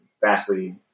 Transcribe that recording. vastly